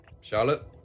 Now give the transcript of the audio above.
Charlotte